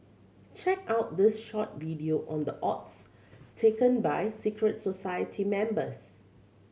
check out this short video on the oaths taken by secret society members